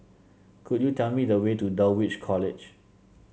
could you tell me the way to Dulwich College